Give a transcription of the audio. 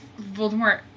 Voldemort